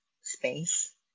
space